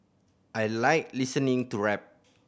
I like listening to rap